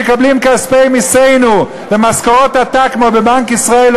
שמקבלים את כספי מסינו ומשכורות עתק כמו בבנק ישראל,